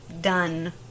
done